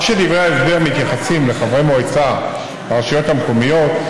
אף שדברי ההסבר מתייחסים לחברי מועצה ברשויות המקומיות,